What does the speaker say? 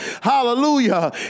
hallelujah